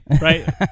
Right